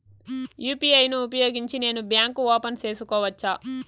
UPI ను ఉపయోగించి నేను బ్యాంకు ఓపెన్ సేసుకోవచ్చా?